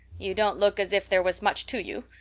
you don't look as if there was much to you.